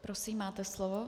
Prosím, máte slovo.